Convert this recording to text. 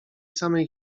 samej